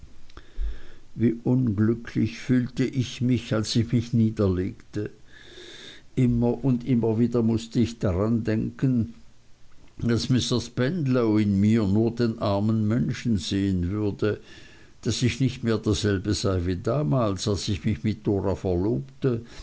wie unglücklich fühlte ich mich als ich mich niederlegte immer und immer wieder mußte ich daran denken daß mr spenlow in mir nur den armen menschen sehen würde daß ich nicht mehr derselbe sei wie damals als ich mich mit dora verlobte